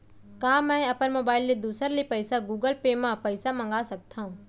का मैं अपन मोबाइल ले दूसर ले पइसा गूगल पे म पइसा मंगा सकथव?